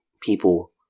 people